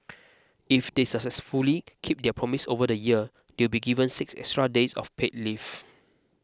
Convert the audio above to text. if they successfully keep their promise over the year they'll be given six extra days of paid leave